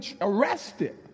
arrested